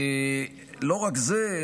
לא רק זה,